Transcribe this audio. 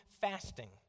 fasting